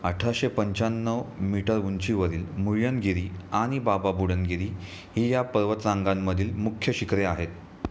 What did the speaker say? अठराशे पंच्याण्णव मीटर उंचीवरील मुळ्ळय्यनगिरी आणि बाबा बुडनगिरी ही या पर्वतरांगांमधील मुख्य शिखरे आहेत